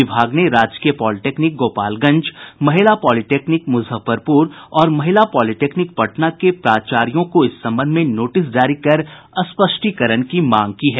विभाग ने राजकीय पॉलिटेक्निक गोपालगंज महिला पॉलिटेक्निक मुजफ्फरपुर और महिला पॉलिटेक्निक पटना के प्राचार्यो को इस संबंध में नोटिस जारी कर स्पष्टीकरण की मांग की है